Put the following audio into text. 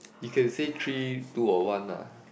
you can say three two or one lah